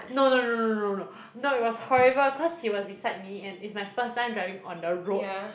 no no no no no no no it was horrible cause he was beside me and it's my first time driving on the road